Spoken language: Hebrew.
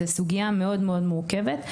זו סוגיה מאוד מאוד מורכבת.